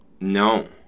No